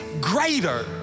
greater